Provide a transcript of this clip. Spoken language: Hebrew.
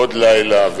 ועוד לילה,